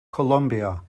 colombia